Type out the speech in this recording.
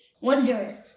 wondrous